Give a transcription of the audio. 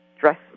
dress